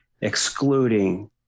Excluding